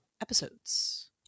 episodes